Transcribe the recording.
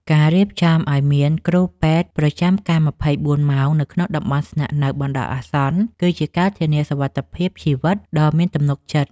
ការរៀបចំឱ្យមានគ្រូពេទ្យប្រចាំការ ២៤ ម៉ោងនៅក្នុងតំបន់ស្នាក់នៅបណ្តោះអាសន្ន គឺជាការធានាសុវត្ថិភាពជីវិតដ៏មានទំនុកចិត្ត។